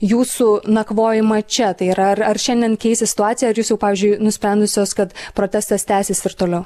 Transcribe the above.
jūsų nakvojimą čia tai yra ar ar šiandien keisis situacija ar jūs jau pavyzdžiui nusprendusios kad protestas tęsis ir toliau